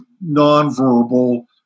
non-verbal